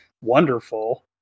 wonderful